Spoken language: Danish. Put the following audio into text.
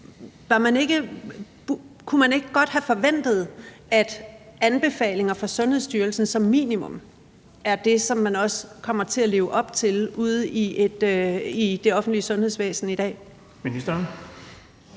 Kunne man ikke godt have forventet, at anbefalinger fra Sundhedsstyrelsen som minimum er det, som man også kommer til at leve op til ude i det offentlige sundhedsvæsen i dag?